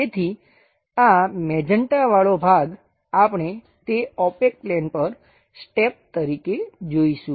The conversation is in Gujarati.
તેથી આ મેજન્ટાવાળો ભાગ આપણે તે ઓપેક પ્લેન પર સ્ટેપ તરીકે જોઈશું